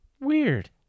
weird